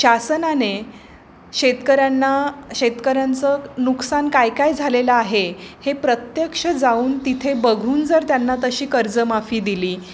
शासनाने शेतकऱ्यांना शेतकऱ्यांचं नुकसान काय काय झालेलं आहे हे प्रत्यक्ष जाऊन तिथे बघून जर त्यांना तशी कर्जमाफी दिली